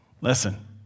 Listen